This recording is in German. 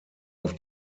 auf